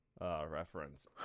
reference